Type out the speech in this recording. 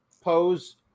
pose